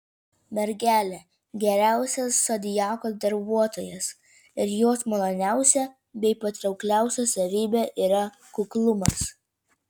mergelė geriausias zodiako darbuotojas ir jos maloniausia bei patraukliausia savybė yra kuklumas